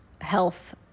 health